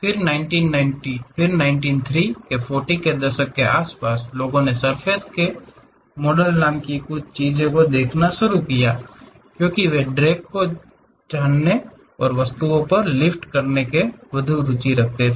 फिर 1930 40 के दशक के आसपास लोगों ने सर्फ़ेस के मॉडल नाम की कुछ चीज़ों को देखना शुरू कर दिया क्योंकि वे ड्रैग को जानने और वस्तुओं पर लिफ्ट को जानने में अधिक रुचि रखते हैं